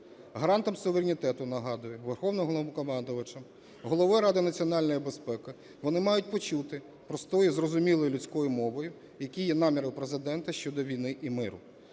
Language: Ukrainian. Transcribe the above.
гарантом суверенітету, нагадую, Верховним Головнокомандувачем, Головою Ради національної безпеки, вони мають почути простою і зрозумілою людською мовою, які є наміри у Президента щодо війни і миру.